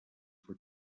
for